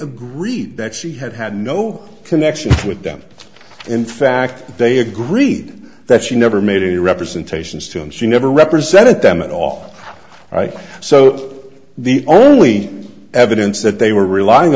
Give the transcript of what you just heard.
agreed that she had had no connection with them in fact they agreed that she never made any representations to me she never represented them and off so the only evidence that they were relying